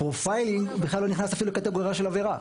פורפיילינג בכלל לא נכנס אפילו לקטגוריה של עבירה.